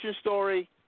story